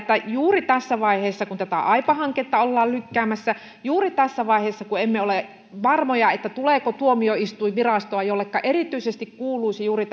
että juuri tässä vaiheessa kun tätä aipa hanketta ollaan lykkäämässä juuri tässä vaiheessa kun emme ole varmoja tuleeko tuomioistuinvirastoa jolleka erityisesti kuuluisi juuri